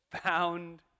found